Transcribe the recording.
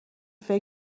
فکر